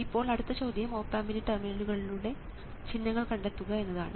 ഇപ്പോൾ അടുത്ത ചോദ്യം ഓപ് ആമ്പിൻറെ ടെർമിനലുകളുടെ ചിഹ്നങ്ങൾ കണ്ടെത്തുക എന്നതാണ്